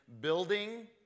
building